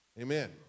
Amen